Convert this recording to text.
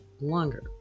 longer